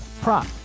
prop